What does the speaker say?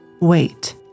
wait